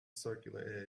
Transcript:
circular